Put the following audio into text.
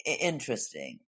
interesting